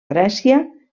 grècia